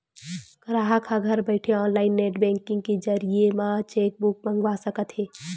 गराहक ह घर बइठे ऑनलाईन नेट बेंकिंग के जरिए म चेकबूक मंगवा सकत हे